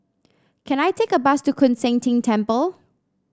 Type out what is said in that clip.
can I take a bus to Koon Seng Ting Temple